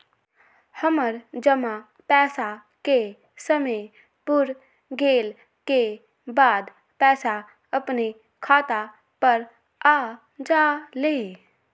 हमर जमा पैसा के समय पुर गेल के बाद पैसा अपने खाता पर आ जाले?